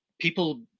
People